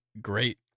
Great